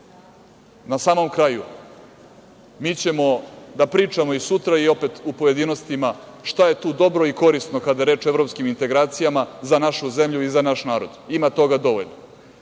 samom kraju, mi ćemo da pričamo i sutra i opet u pojedinostima šta je tu dobro i korisno kad je reč o evropskim integracijama za našu zemlju i naš narod. Ima toga dovoljno.